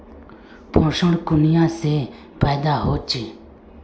पोषण कुनियाँ से पैदा होचे?